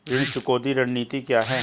ऋण चुकौती रणनीति क्या है?